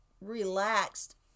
relaxed